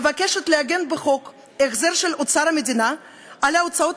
מבקשת לעגן בחוק החזר של אוצר המדינה על ההוצאות